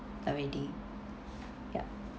already yup